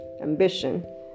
ambition